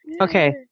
Okay